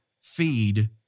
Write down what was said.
feed